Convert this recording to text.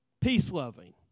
peace-loving